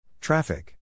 Traffic